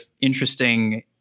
interesting